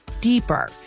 deeper